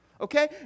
Okay